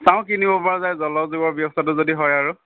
চাওঁ কি নিব পৰা যায় জলযোগৰ ব্যৱস্থাটো যদি হয় আৰু